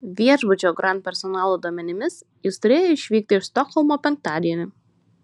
viešbučio grand personalo duomenimis jis turėjo išvykti iš stokholmo penktadienį